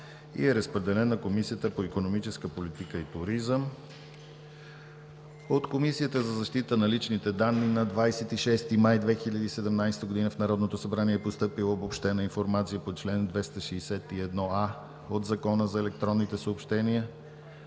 Разпределен е на Комисията по икономическа политика и туризъм. От Комисията за защита на личните данни на 26 май 2017 г. в Народното събрание е постъпила Обобщена информация по чл. 261а от Закона за електронните съобщения